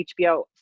HBO